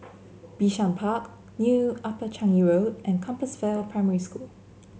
Bishan Park New Upper Changi Road and Compassvale Primary School